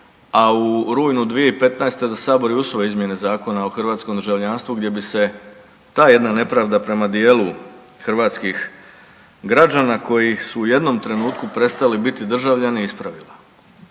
a u rujnu 2015. da sabor i usvoji izmjene Zakona o hrvatskom državljanstvu gdje bi se ta jedna nepravda prema dijelu hrvatskih građana koji su u jednom trenutku prestali biti državljani ispravila.